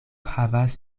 havas